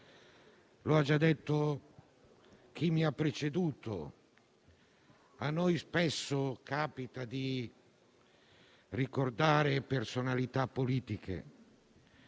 ha già detto chi mi ha preceduto, a noi spesso capita di ricordare personalità politiche.